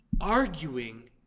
arguing